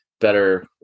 better